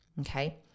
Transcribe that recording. okay